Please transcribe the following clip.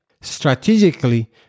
Strategically